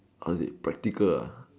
how is it practical ah